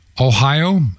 Ohio